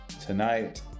Tonight